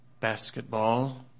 basketball